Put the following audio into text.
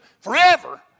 forever